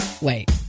Wait